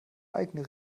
eigene